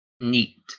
Neat